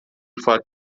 fark